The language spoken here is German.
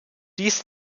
dies